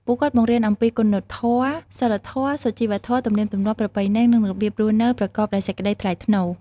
ពួកគាត់បង្រៀនអំពី គុណធម៌ សីលធម៌ សុជីវធម៌ ទំនៀមទម្លាប់ ប្រពៃណី និងរបៀបរស់នៅប្រកបដោយសេចក្តីថ្លៃថ្នូរ។